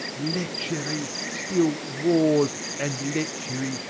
lechery! still wars and lechery!